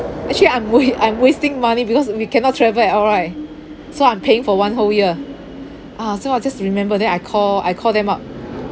actually I'm wa~ I'm wasting money because we cannot travel at all right so I'm paying for one whole year ah so I just remember then I call I call them up